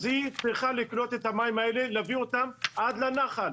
היא צריכה לקלוט את המים האלה ולהביא אותם עד הנחל.